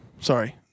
Sorry